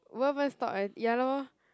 won't even stop at ya lor